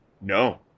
no